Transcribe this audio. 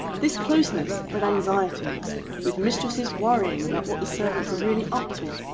this closeness bred anxiety with mistresses worrying about what the servants were really up to.